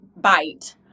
bite